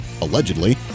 allegedly